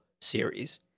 series